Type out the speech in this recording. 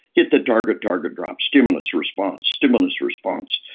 hit the target, target drops. stimulus response, stimulus response,